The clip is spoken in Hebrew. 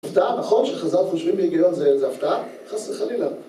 הפתעה, נכון שחז״ל חושבים בהיגיון זה הפתעה? חס וחלילה.